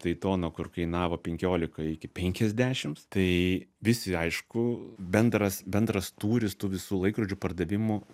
daitono kur kainavo penkiolika iki penkiasdešim tai visi aišku bendras bendras tūris tų visų laikrodžių pardavimų